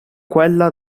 quella